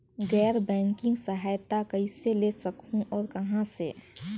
गैर बैंकिंग सहायता कइसे ले सकहुं और कहाँ से?